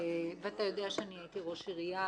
ואתה יודע שאני הייתי ראש עירייה